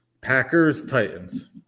Packers-Titans